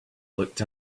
looked